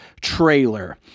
trailer